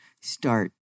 start